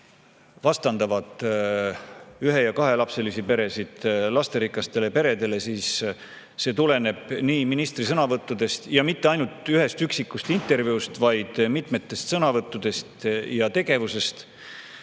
vastandavad ühe‑ ja kahelapselisi peresid lasterikastele peredele, siis see tuleneb nii ministri sõnavõttudest – mitte ainult ühest üksikust intervjuust, vaid mitmetest sõnavõttudest – ja tegevusest